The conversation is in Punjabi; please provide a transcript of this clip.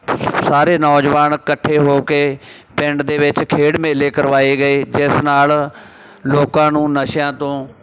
ਸਾਰੇ ਨੌਜਵਾਨ ਇਕੱਠੇ ਹੋ ਕੇ ਪਿੰਡ ਦੇ ਵਿੱਚ ਖੇਡ ਮੇਲੇ ਕਰਵਾਏ ਗਏ ਜਿਸ ਨਾਲ ਲੋਕਾਂ ਨੂੰ ਨਸ਼ਿਆਂ ਤੋਂ